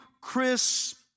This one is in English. crisp